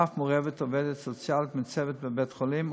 אף מעורבת עובדת סוציאלית מצוות בית-החולים,